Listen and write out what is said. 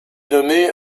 nommée